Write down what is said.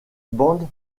bande